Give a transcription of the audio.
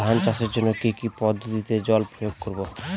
ধান চাষের জন্যে কি কী পদ্ধতিতে জল প্রয়োগ করব?